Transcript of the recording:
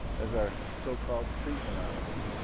as our so-called treatment option